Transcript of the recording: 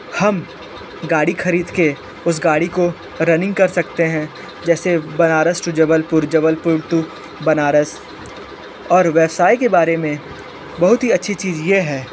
हम गाड़ी खरीद के उस गाड़ी को रनिंग कर सकते हैं जैसे बनारस टू जबलपुर जबलपुर टू बनारस और व्यवसाय के बारे मे बहुत ही अच्छी चीज ये है